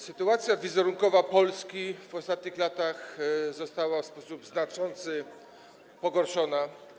Sytuacja wizerunkowa Polski w ostatnich latach została w sposób znaczący pogorszona.